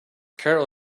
carol